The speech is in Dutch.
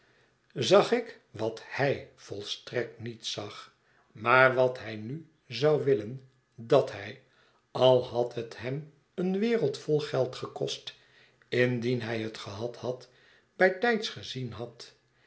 zag ik wat hij volstrekt niet zag maar wat hij nu zou willen dat hij al had het hem een wereld vol geld gekost indien hij het gehad had bij tijds gezien had